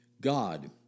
God